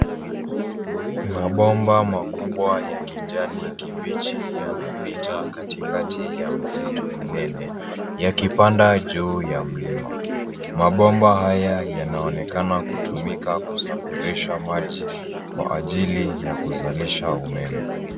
Mabomba makubwa ya kijani kibichi yanapita katikati ya msitu mnene yakipanda juu ya mlima. Mabomba haya yanaonekana kutumika kusafirisha maji kwa ajili ya kuzalisha umeme.